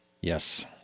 Yes